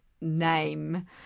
name